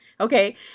okay